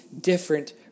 different